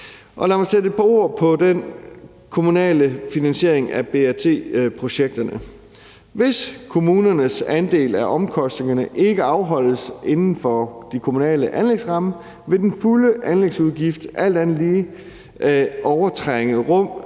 Lad mig sætte et par ord på den kommunale finansiering af BRT-projekterne. Hvis kommunernes andel af omkostningerne ikke afholdes inden for den kommunale anlægsramme, vil den fulde anlægsudgift alt andet lige fortrænge et